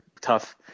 tough –